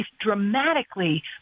dramatically